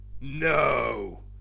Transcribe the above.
No